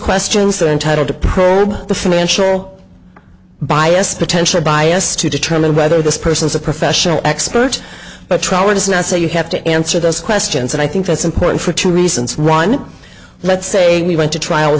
questions they're entitled to probe the financial bias potential bias to determine whether this person is a professional expert but trower does not say you have to answer those questions and i think that's important for two reasons ron let's say we went to trial